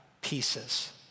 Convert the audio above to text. pieces